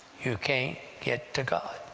you can't get to god.